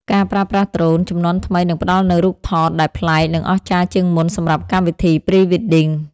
ការប្រើប្រាស់ដ្រូន ជំនាន់ថ្មីនឹងផ្ដល់នូវរូបថតដែលប្លែក និងអស្ចារ្យជាងមុនសម្រាប់កម្មវិធី Pre-wedding។